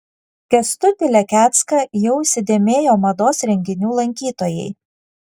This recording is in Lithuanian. kęstutį lekecką jau įsidėmėjo mados renginių lankytojai